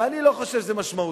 ואני לא חושב שזה משמעותי.